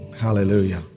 Hallelujah